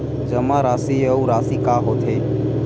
जमा राशि अउ राशि का होथे?